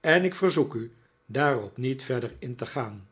en ik verzoek u daarop niet verder in te gaan